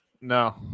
No